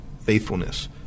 faithfulness